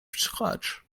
scratch